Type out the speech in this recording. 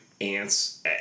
ants